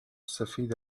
سفید